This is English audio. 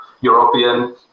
European